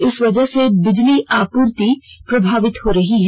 इस वजह से बिजली आपुर्ति प्रभावित हो रही है